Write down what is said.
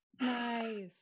Nice